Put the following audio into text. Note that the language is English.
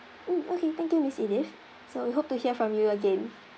mm okay thank you miss edith so we hope to hear from you again